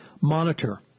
monitor